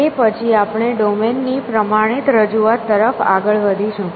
તે પછી આપણે ડોમેન ની પ્રમાણિત રજૂઆત તરફ આગળ વધીશું